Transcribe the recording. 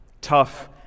tough